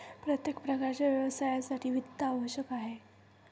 प्रत्येक प्रकारच्या व्यवसायासाठी वित्त आवश्यक आहे